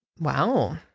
Wow